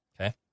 Okay